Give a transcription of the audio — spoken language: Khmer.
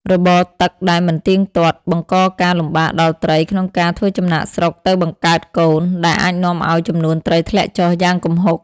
របបទឹកដែលមិនទៀងទាត់បង្កការលំបាកដល់ត្រីក្នុងការធ្វើចំណាកស្រុកទៅបង្កើតកូន ដែលអាចនាំឱ្យចំនួនត្រីធ្លាក់ចុះយ៉ាងគំហុក។